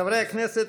חברי הכנסת,